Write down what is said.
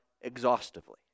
exhaustively